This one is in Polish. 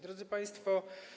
Drodzy Państwo!